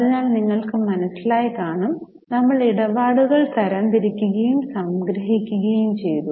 അതിനാൽ നിങ്ങൾക് മനസിലായി കാണും നമ്മൾ ഇടപാടുകൾ തരംതിരിക്കുകയും സംഗ്രഹിക്കുകയും ചെയ്തു